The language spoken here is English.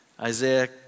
Isaiah